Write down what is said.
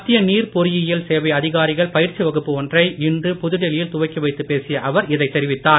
மத்திய நீர் பொறியியல் சேவை அதிகாரிகளின் பயிற்சி வகுப்பு ஒன்றை இன்று புதுடெல்லியில் துவக்கி வைத்துப் பேசிய அவர் இதைத் தெரிவித்தார்